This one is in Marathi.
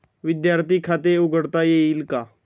विद्यार्थी खाते उघडता येईल का?